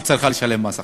שהיא צריכה לשלם מס הכנסה,